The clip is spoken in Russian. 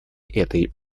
этой